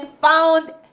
found